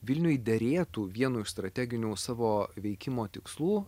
vilniui derėtų vienu iš strateginių savo veikimo tikslų